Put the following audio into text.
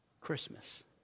Christmas